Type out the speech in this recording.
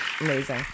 Amazing